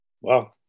wow